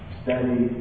study